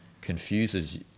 confuses